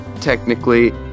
technically